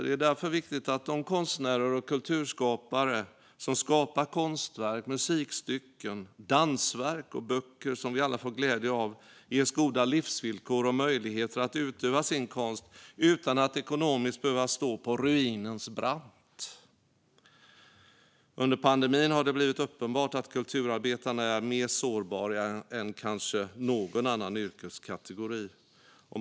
Det är därför viktigt att de konstnärer och kulturskapare som skapar konstverk, musikstycken, dansverk och böcker som vi alla får glädje av ges goda livsvillkor och möjligheter att utöva sin konst utan att ekonomiskt behöva stå på ruinens brant. Under pandemin har det blivit uppenbart att kulturarbetarna är mer sårbara än kanske någon annan yrkeskategori.